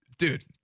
Dude